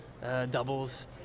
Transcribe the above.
doubles